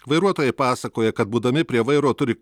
vairuotojai pasakoja kad būdami prie vairo turi